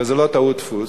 וזה לא טעות דפוס,